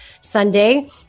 Sunday